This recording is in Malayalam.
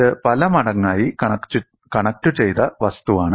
ഇത് പലമടങ്ങായി കണക്റ്റുചെയ്ത വസ്തുവാണ്